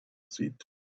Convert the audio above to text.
seat